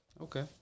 Okay